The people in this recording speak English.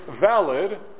valid